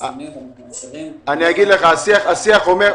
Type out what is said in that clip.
עובדי המדינה,